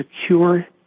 secure